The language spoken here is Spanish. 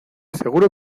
seguro